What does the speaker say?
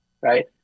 right